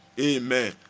Amen